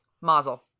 Mazel